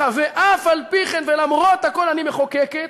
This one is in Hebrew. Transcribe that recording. ואף על פי כן ולמרות הכול אני מחוקקת,